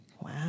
Wow